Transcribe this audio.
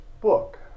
book